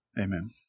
Amen